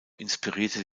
inspirierte